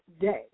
day